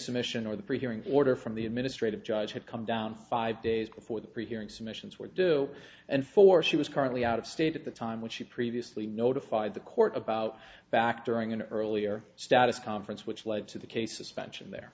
submission or the pre hearing order from the administrative judge had come down five days before the pre hearing submissions were due and for she was currently out of state at the time when she previously notified the court about factoring in earlier status conference which led to the case suspension the